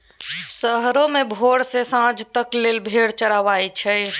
सरेह मे भोर सँ सांझ तक लेल भेड़ चरबई छै